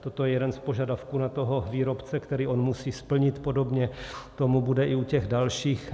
Toto je jeden z požadavků na toho výrobce, který on musí splnit, podobně tomu bude i u těch dalších.